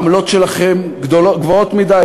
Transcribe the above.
העמלות שלכם גבוהות מדי,